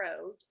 road